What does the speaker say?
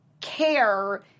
care